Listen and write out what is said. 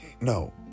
No